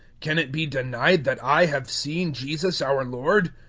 can it be denied that i have seen jesus, our lord?